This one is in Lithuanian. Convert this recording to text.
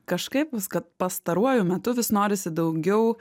kažkaip vis kad pastaruoju metu vis norisi daugiau